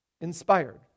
inspired